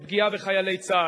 לפגיעה בחיילי צה"ל.